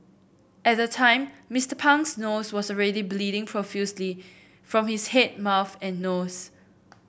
at the time Mister Pang's nose was already bleeding profusely from his head mouth and nose